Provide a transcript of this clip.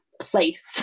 place